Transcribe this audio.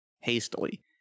Hastily